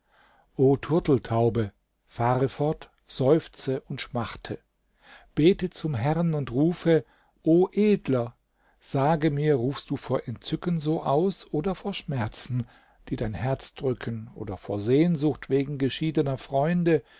turteltaube fahre fort seufze und schmachte bete zum herrn und rufe o edler sage mir rufst du vor entzücken so aus oder vor schmerzen die dein herz drücken oder vor sehnsucht wegen geschiedener freunde